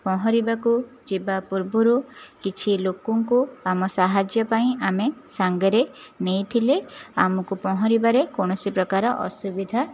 ପହଁରିବାକୁ ଯିବା ପୂର୍ବରୁ କିଛି ଲୋକଙ୍କୁ ଆମ ସାହାଯ୍ୟ ପାଇଁ ଆମେ ସାଙ୍ଗରେ ନେଇଥିଲେ ଆମକୁ ପହଁରିବାରେ କୌଣସି ପ୍ରକାର ଅସୁବିଧା